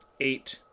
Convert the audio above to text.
eight